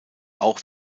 auch